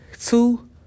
two